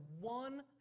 one